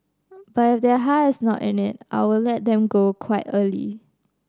but if their heart is not in it I will let them go quite early